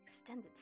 Extended